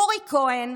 אורי כהן,